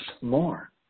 more